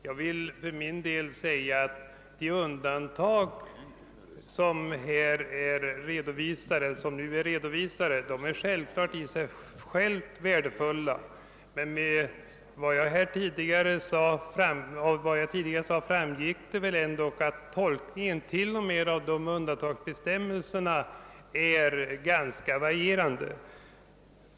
Ja, de undantag som nu är redovisade är naturligtvis värdefulla i sig själva, men av vad jag tidigare anfört torde ha framgått att till och med tolkningarna av de undantagsbestämmelserna är ganska olika.